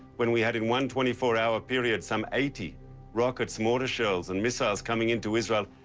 when we had in one twenty four hour period some eighty rockets, mortar shells, and missiles coming into israel,